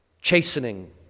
chastening